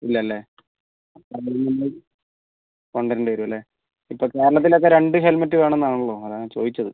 ഇല്ലല്ലേ അപ്പോൾ അത് കൊണ്ട് വരേണ്ടി വരും അല്ലെ ഇപ്പോൾ കേരളത്തിലൊക്കെ രണ്ട് ഹെൽമെറ്റ് വേണം എന്നാണല്ലൊ അതാണ് ഞാൻ ചോദിച്ചത്